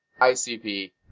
ICP